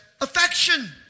affection